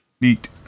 neat